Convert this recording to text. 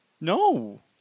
No